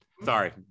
sorry